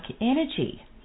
energy